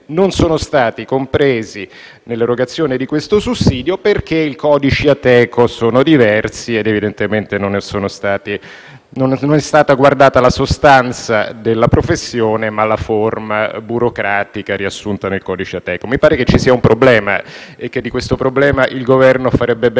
non sono stati compresi nell'erogazione di questo sussidio, perché i codici Ateco sono diversi ed evidentemente non è stata guardata la sostanza della professione ma la forma burocratica riassunta nel codice Ateco. Mi pare che ci sia un problema e che di questo problema il Governo farebbe bene